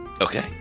Okay